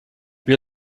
wir